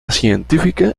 científica